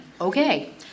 Okay